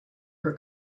her